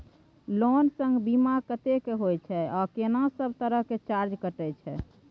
Loan संग बीमा कत्ते के होय छै आ केना सब तरह के चार्ज कटै छै?